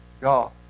God